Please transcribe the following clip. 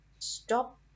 Stop